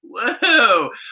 whoa